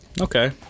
Okay